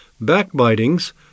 backbitings